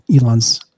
Elon's